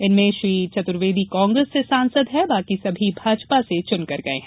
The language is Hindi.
इनमें श्री चतुर्वेदी कांग्रेस से सांसद हैं बाकी सभी भाजपा से चुनकर गए हैं